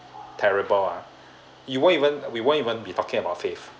terrible ah you won't even we won't even be talking about fave